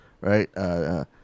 right